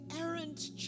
errant